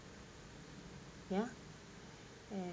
ya and